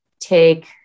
Take